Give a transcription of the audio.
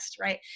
Right